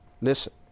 listen